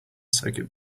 circuit